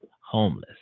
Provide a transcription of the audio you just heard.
Homeless